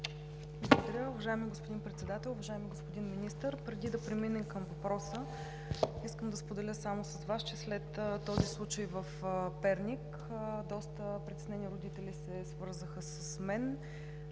Благодаря. Уважаеми господин Председател, уважаеми господин Министър! Преди да премина към въпроса искам да споделя с Вас, че след този случай в Перник доста притеснени родители се свързаха с мен.